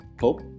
hope